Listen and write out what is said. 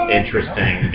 interesting